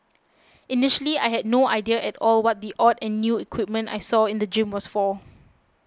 initially I had no idea at all what the odd and new equipment I saw in the gym was for